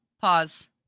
pause